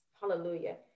Hallelujah